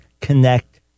connect